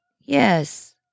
Yes